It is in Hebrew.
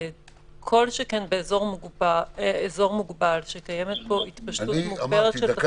כל שכן באזור מוגבל שקיימת בו התפשטות מוגברת של תחלואה.